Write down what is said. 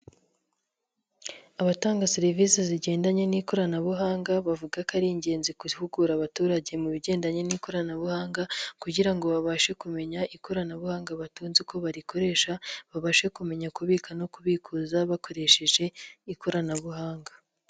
Abatanga serivise zigendanye n'ikoranabuhanga, bavuga ko ari ingenzi guhugura abaturage mu bigendanye n'ikoranabuhanga kugira ngo babashe kumenya ikoranabuhanga batunze uko barikoresha, babashe kumenya kubika no kubikuza bakoresheje ikoranabuhanga.